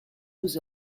nous